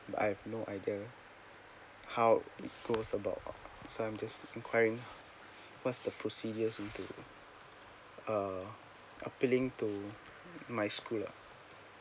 but I've no idea how it's goes about so I'm just inquiring what's the procedures into uh appealing to my school lah